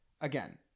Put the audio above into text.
Again